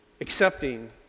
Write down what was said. Accepting